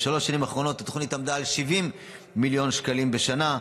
בשלוש השנים האחרונות התוכנית עמדה על 70 מיליון שקלים בשנה.